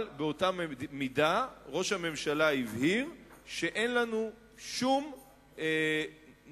אבל באותה מידה ראש הממשלה הבהיר שאין לנו שום נכונות,